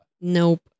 Nope